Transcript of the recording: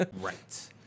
Right